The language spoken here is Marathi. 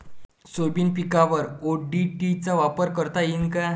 सोयाबीन पिकावर ओ.डी.टी चा वापर करता येईन का?